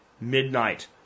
midnight